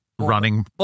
Running